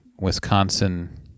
Wisconsin